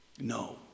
no